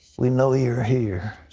we know you're here.